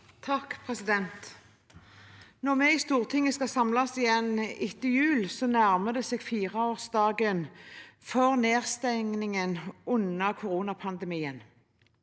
(KrF) Når vi i Stortinget skal samles igjen etter jul, nærmer det seg fireårsdagen for nedstengningen på grunn av koronapandemien.